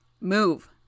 Move